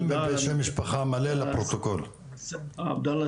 אני אדריכל